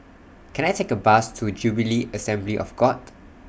Can I Take A Bus to Jubilee Assembly of God